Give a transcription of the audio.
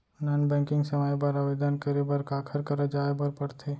non banking सेवाएं बर आवेदन करे बर काखर करा जाए बर परथे